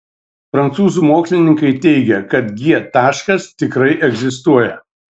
prancūzų mokslininkai teigia kad g taškas tikrai egzistuoja